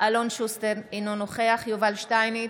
אלון שוסטר, אינו נוכח יובל שטייניץ,